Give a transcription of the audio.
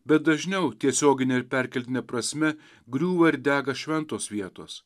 bet dažniau tiesiogine ir perkeltine prasme griūva ir dega šventos vietos